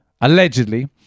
allegedly